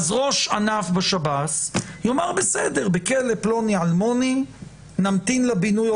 אז ראש ענף בשב"ס יאמר: בכלא פלוני אלמוני נמתין לבינוי,